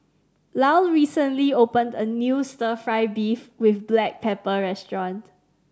Lyle recently opened a new Stir Fry beef with black pepper restaurant